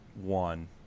one